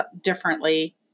differently